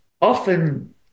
often